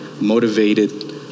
motivated